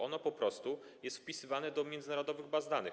Ono po prostu jest wpisywane do międzynarodowych baz danych.